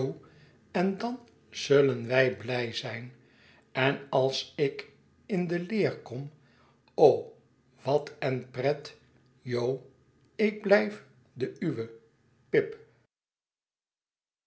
en dan zulen wij blij zijn en als ik in de leer kom o wat en pret jo ik blijf de uwe pip